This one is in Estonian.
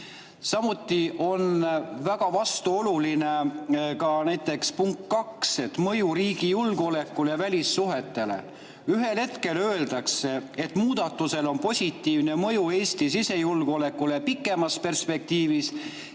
Samuti on väga vastuoluline näiteks [eeskirja § 46 lõike 1] punkt 2: mõju riigi julgeolekule ja välissuhetele. Ühel hetkel öeldakse, et muudatusel on positiivne mõju Eesti sisejulgeolekule pikemas perspektiivis,